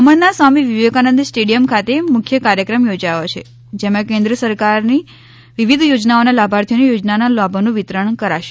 દમણના સ્વામી વિવેકાનંદ સ્ટેડિથમ ખાતે મુખ્ય કાર્યક્રમ યોજાયો છે જેમાં કેન્દ્ર સરકારની વિવિધ યોજનાઓના લાભાર્થીઓને યોજનાના લાભોનું વિતરણ કરાશે